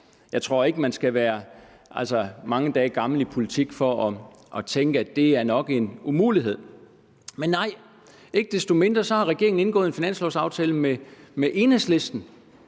Jeg tror ikke, at man skal være mange dage gammel i politik for at tænke, at det nok er en umulighed. Men nej, ikke desto mindre har regeringen indgået en finanslovaftale med Enhedslisten,